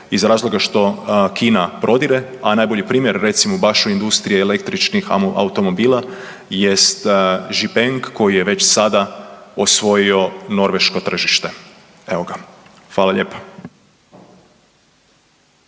iz razloga što Kina prodire, a najbolji primjer recimo baš u industriji električnih automobila jest Zhipeng koji je već sada osvojio norveško tržište. Evo ga. Hvala lijepa.